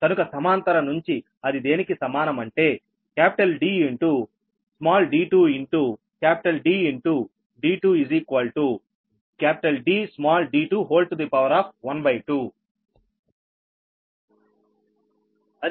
కనుక సమాంతర నుంచి అది దేనికి సమానం అంటే D d2 D d2 ½